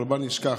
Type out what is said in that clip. אבל בל נשכח